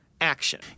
action